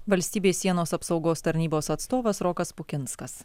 valstybės sienos apsaugos tarnybos atstovas rokas pukinskas